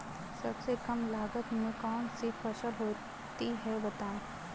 सबसे कम लागत में कौन सी फसल होती है बताएँ?